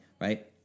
right